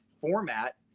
format